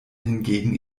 hingegen